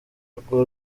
urwo